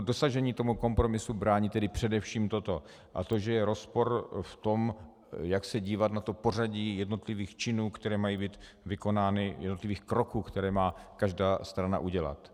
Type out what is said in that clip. Dosažení kompromisu brání tedy především toto že je rozpor v tom, jak se dívat na pořadí jednotlivých činů, které mají být vykonány, jednotlivých kroků, které má každá strana udělat.